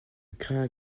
crains